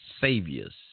saviors